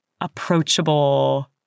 approachable